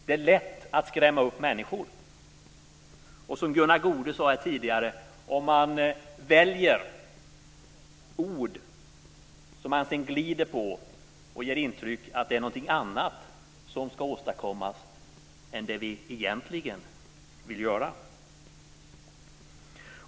Det är lätt att skrämma upp människor - som Gunnar Goude sade här tidigare - om man väljer ord som man sedan glider på och ger intryck av att det är någonting annat som ska åstadkommas än det vi egentligen vill göra.